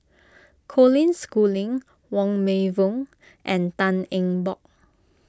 Colin Schooling Wong Meng Voon and Tan Eng Bock